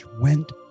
went